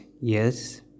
Yes